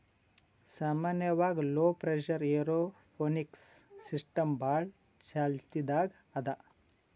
ಸಾಮಾನ್ಯವಾಗ್ low pressure aeroponics system ಭಾಳ್ ಚಾಲ್ತಿದಾಗ್ ಅದಾ